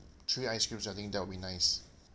three ice creams I think that would be nice